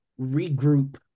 regroup